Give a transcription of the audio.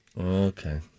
Okay